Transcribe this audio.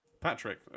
Patrick